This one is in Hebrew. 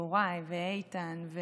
יוראי ואיתן,